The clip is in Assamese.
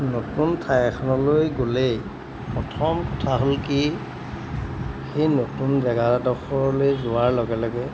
নতুন ঠাই এখনলৈ গ'লেই প্ৰথম কথা হ'ল কি সেই নতুন জেগাডখৰলৈ যোৱাৰ লগে লগে